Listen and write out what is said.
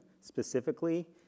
specifically